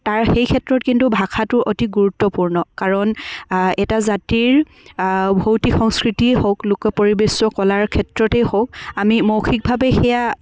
তাৰ সেই ক্ষেত্ৰত কিন্তু ভাষাটো অতি গুৰুত্বপূৰ্ণ কাৰণ এটা জাতিৰ ভৌতিক সংস্কৃতিয়েই হওক লোক পৰিৱেশ্য কলাৰ ক্ষেত্ৰতেই হওক আমি মৌখিকভাৱে সেয়া